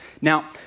Now